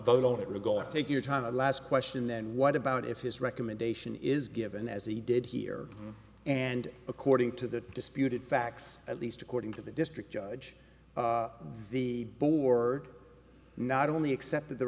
vote on it we're going to take your time the last question then what about if his recommendation is given as he did here and according to the disputed facts at least according to the district judge the board not only accepted the